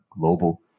global